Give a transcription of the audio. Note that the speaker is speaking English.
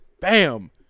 Bam